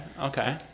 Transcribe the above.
okay